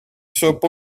shop